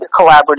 collaborative